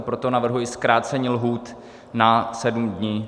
Proto navrhuji zkrácení lhůty na sedm dní.